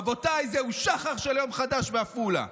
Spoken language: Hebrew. רבותיי, זהו שחר של יום חדש בעפולה.